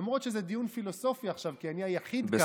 למרות שזה דיון פילוסופי עכשיו, כי אני היחיד כאן,